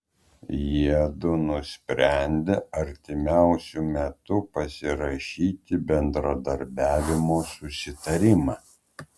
jiedu nusprendė artimiausiu metu pasirašyti bendradarbiavimo susitarimą